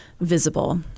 visible